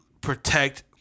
Protect